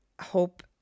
Hope